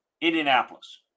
Indianapolis